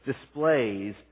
displays